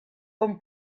com